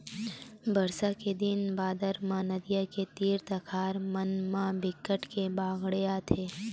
बरसा के दिन बादर म नदियां के तीर तखार मन म बिकट के बाड़गे आथे